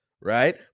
Right